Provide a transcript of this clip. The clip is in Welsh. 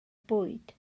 bwyd